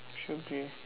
should be